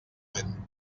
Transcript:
lent